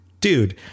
dude